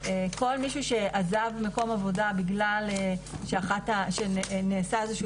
כל מישהו שעזב מקום עבודה בגלל שנעשה איזה שהוא